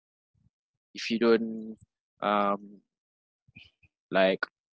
if you don't um like